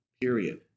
Period